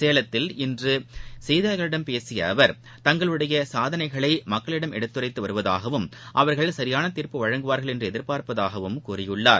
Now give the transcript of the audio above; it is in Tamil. சேலத்தில் இன்று செய்தியாளர்களிடம் பேசிய அவர் தங்களுடைய சாதனைகளை மக்களிடம் எடுத்துரைத்து வருவதாகவும் அவர்கள் சரியான தீர்ப்பு வழங்குவார்கள் என்று எதிர்பாபர்ப்பதாகவும் கூறியுள்ளார்